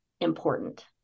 important